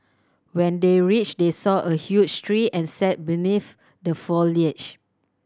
when they reached they saw a huge tree and sat beneath the foliage